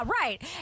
right